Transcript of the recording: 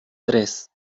tres